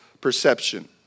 perception